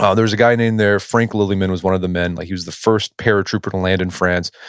ah there was a guy in in there, frank lillyman was one of the men. like he was the first paratrooper to land in france.